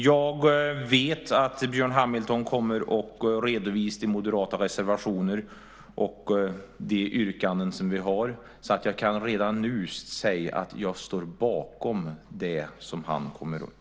Jag vet att Björn Hamilton kommer att redovisa de moderata reservationerna och de yrkanden som vi har, så jag kan redan nu säga att jag står bakom det som han kommer att yrka.